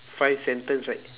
five sentence right